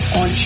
on